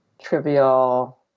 trivial